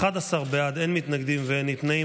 11 בעד, אין מתנגדים ואין נמנעים.